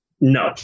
No